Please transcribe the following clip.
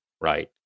right